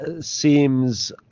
seems